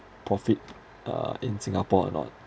profit uh in singapore or not